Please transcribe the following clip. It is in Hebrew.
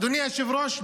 אדוני היושב-ראש,